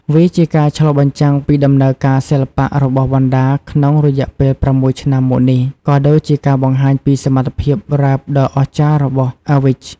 វាជាការឆ្លុះបញ្ចាំងពីដំណើរការសិល្បៈរបស់វណ្ណដាក្នុងរយៈពេល ៦ឆ្នាំមកនេះ ក៏ដូចជាការបង្ហាញពីសមត្ថភាពរ៉េបដ៏អស្ចារ្យរបស់ Awich។